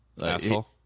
asshole